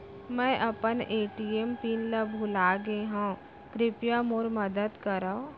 मै अपन ATM pin ला भूलागे हव, कृपया मोर मदद करव